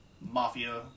mafia